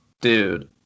dude